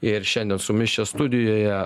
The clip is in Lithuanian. ir šiandien su mumis čia studijoje